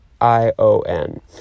I-O-N